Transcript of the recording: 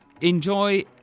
Enjoy